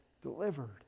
delivered